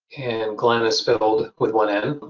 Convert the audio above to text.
and glen is spelled with one n.